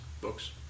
books